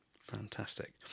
fantastic